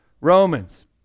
Romans